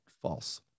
False